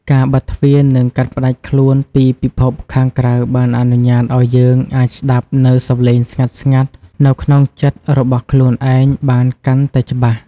ការបិទទ្វារនិងកាត់ផ្តាច់ខ្លួនពីពិភពខាងក្រៅបានអនុញ្ញាតឱ្យយើងអាចស្តាប់នូវសំឡេងស្ងាត់ៗនៅក្នុងចិត្តរបស់ខ្លួនឯងបានកាន់តែច្បាស់។